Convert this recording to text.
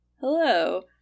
Hello